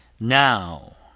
Now